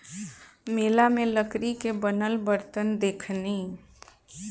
मेला में लकड़ी के बनल बरतन देखनी